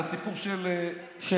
לסיפור של וואלה,